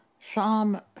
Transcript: Psalm